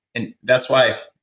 and that's why.